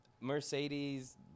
Mercedes